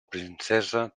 princesa